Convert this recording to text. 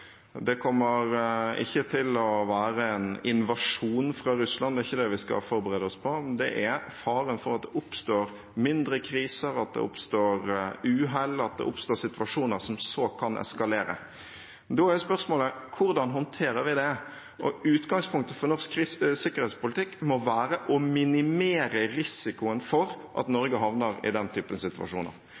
Det kommer ikke til å være en invasjon fra Russland, det er ikke det vi skal forberede oss på, men det er fare for at det oppstår mindre kriser, at det oppstår uhell, at det oppstår situasjoner som så kan eskalere. Da er spørsmålet: Hvordan håndterer vi det? Utgangspunktet for norsk sikkerhetspolitikk må være å minimere risikoen for at Norge havner i den typen situasjoner.